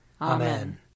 Amen